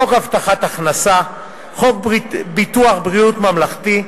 חוק הבטחת הכנסה, חוק ביטוח בריאות ממלכתי,